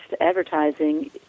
advertising